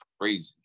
crazy